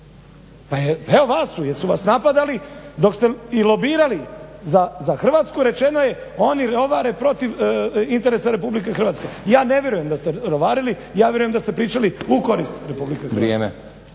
Pa evo vas. Jesu vas napadali dok ste i lobirali za Hrvatsku. Rečeno je oni rovare protiv interesa Republike Hrvatske. Ja ne vjerujem da ste rovarili. Ja vjerujem da ste pričali u korist Republike Hrvatske,